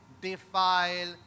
defile